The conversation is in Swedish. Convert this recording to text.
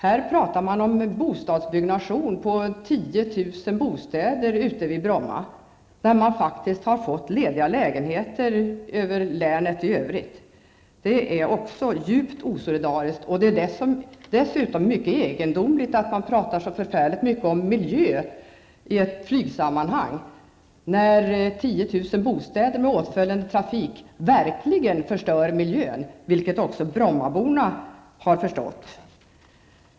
Här talar man om en bostadsbyggnation på 10 000 bostäder ute på Bromma när det faktiskt finns lediga lägenheter i länet i övrigt. Det är djupt osolidariskt. Det är dessutom mycket egendomligt att man talar så förfärligt om miljö i samband med flyget när 10 000 bostäder med åtföljande trafik verkligen skulle förstöra miljön, vilket också Brommaborna har förstått.